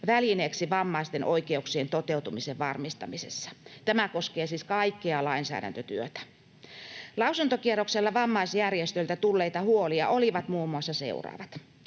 välineeksi vammaisten oikeuksien toteutumisen varmistamisessa. Tämä koskee siis kaikkea lainsäädäntötyötä. Lausuntokierroksella vammaisjärjestöiltä tulleita huolia olivat muun muassa seuraavat: